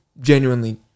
genuinely